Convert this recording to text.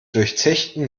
durchzechten